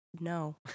No